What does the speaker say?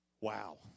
Wow